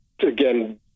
again